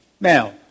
Now